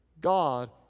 God